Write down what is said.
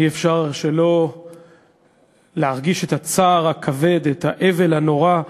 אי-אפשר שלא להרגיש את הצער הכבד, את האבל הנורא,